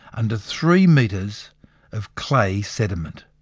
under three metres of clay sediment.